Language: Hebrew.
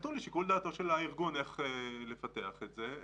נתון לשיקול דעתו של הארגון איך לפתח את זה.